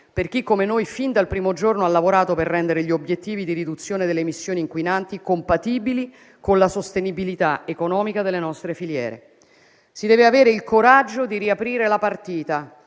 per chi, come noi, fin dal primo giorno ha lavorato per rendere gli obiettivi di riduzione delle emissioni inquinanti compatibili con la sostenibilità economica delle nostre filiere. Si deve avere il coraggio di riaprire la partita